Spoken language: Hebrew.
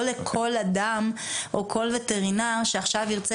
לא לכל אדם או כל וטרינר שעכשיו ירצה